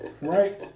Right